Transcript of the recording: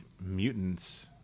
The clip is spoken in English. mutants